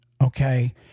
okay